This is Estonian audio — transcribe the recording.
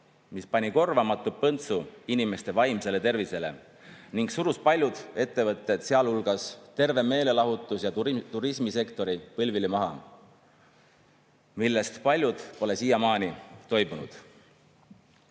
mis pani korvamatu põntsu inimeste vaimsele tervisele ning surus paljud ettevõtted, sealhulgas terve meelelahutus- ja turismisektori põlvili maha, millest paljud pole siiamaani toibunud.